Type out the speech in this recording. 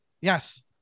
Yes